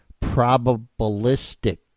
probabilistic